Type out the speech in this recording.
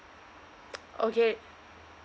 okay